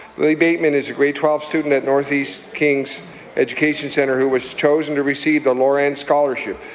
lily bateman is a grade twelve student at northeast kings education centre who was chosen to receive the loran scholarship.